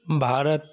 Bharat